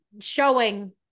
showing